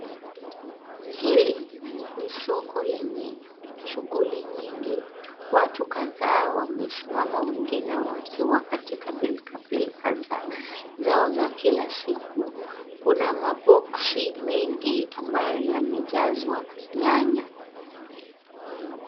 Hili ni soko lenye shughuli nyingi. Watu kadhaa wamesimama wengine wakiwa katika pilkapilka zao za kila siku. Kuna maboxi mingi ambayo yamejazwa nyanya.